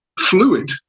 fluid